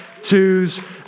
twos